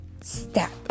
step